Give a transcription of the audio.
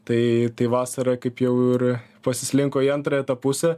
tai tai vasarą kaip jau ir pasislinko į antrąją pusę